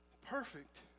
perfect